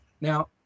Now